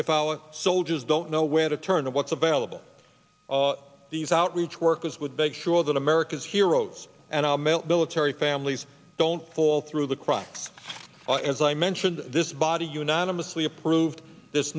if our soldiers don't know where to turn what's available these outreach workers would make sure that america's heroes and our military families don't fall through the cracks as i mentioned this body unanimously approved this